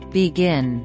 begin